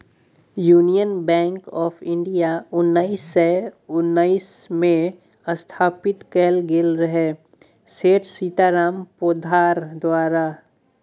union Bank of India उन्नैस सय उन्नैसमे स्थापित कएल गेल रहय सेठ सीताराम पोद्दार द्वारा